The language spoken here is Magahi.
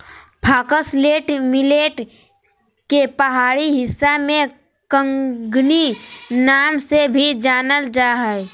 फॉक्सटेल मिलेट के पहाड़ी हिस्सा में कंगनी नाम से भी जानल जा हइ